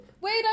Wait